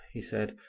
he said,